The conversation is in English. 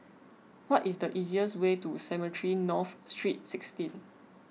what is the easiest way to Cemetry North St sixteen